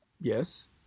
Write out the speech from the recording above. Yes